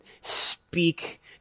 speak